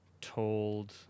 told